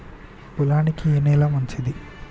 పొలానికి ఏ నేల మంచిది?